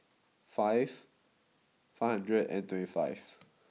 five five hundred and twenty five